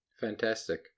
Fantastic